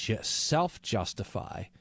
self-justify